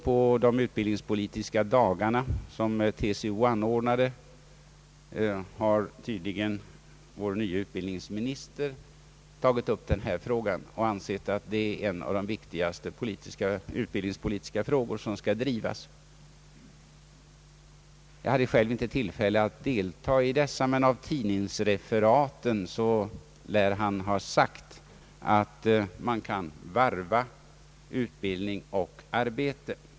På de utbildningspolitiska dagarna — som TCO anordnade — har tydligen vår nye utbildningsminister tagit upp denna fråga och framhållit att det är en av de viktigaste utbildningspolitiska frågor som skall drivas. Jag hade själv inte tillfälle att delta i dessa, men att döma av tidningsreferaten lär han ha sagt att man kan varva utbildning och arbete.